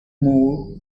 moor